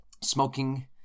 smoking